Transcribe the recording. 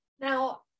Now